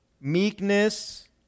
meekness